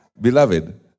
Beloved